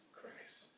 Christ